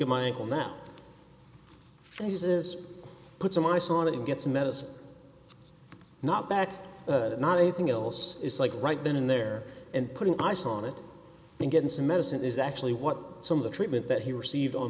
at my ankle that he says put some ice on it it gets medicine not bad not anything else is like right then and there and putting ice on it and getting some medicine is actually what some of the treatment that he received on